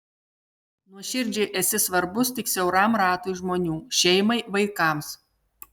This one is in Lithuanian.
nuoširdžiai esi svarbus tik siauram ratui žmonių šeimai vaikams